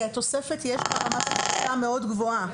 כי התוספת יש בה רמת --- מאוד גבוהה.